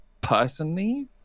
personally